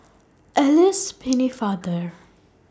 Alice Pennefather